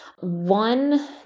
One